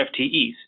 FTEs